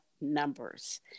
numbers